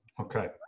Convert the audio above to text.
okay